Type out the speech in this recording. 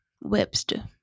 Webster